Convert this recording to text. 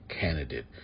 candidate